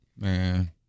man